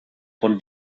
von